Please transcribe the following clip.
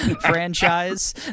franchise